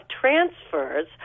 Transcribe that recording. transfers